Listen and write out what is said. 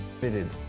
fitted